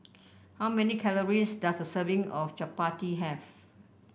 how many calories does a serving of Chapati have